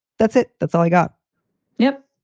that's it. that's all i got yep.